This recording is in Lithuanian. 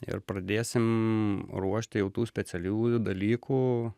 ir pradėsim ruošti jau tų specialiųjų dalykų